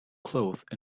cloth